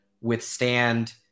withstand